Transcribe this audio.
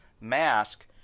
mask